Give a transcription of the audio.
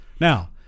Now